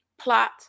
Plot